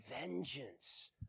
vengeance